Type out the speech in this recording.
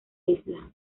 isla